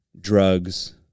drugs